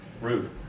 Rude